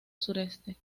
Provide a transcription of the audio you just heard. sureste